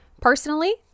personally